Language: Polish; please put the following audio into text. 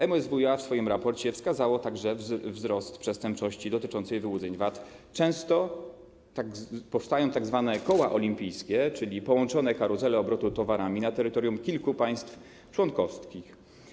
MSWiA w swoim raporcie wskazało także wprost, że przy przestępczości dotyczącej wyłudzeń VAT często powstają tzw. koła olimpijskie, czyli połączone karuzele obrotu towarami na terytorium kilku państw członkowskich.